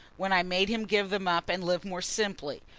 when i made him give them up and live more simply.